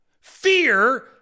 Fear